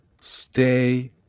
stay